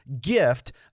Gift